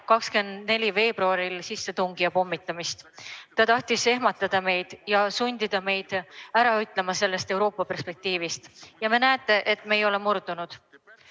24. veebruaril sissetungi ja pommitamist. Ta tahtis meid ehmatada ja sundida meid ära ütlema sellest Euroopa-perspektiivist. Ja te näete, et me ei ole murdunud.